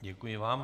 Děkuji vám.